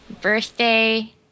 Birthday